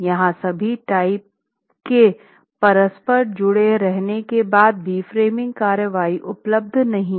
यहां सभी टाई के परस्पर जुड़े रहने के बाद भी फ्रेमिंग कार्रवाई उपलब्ध नहीं है